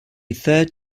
third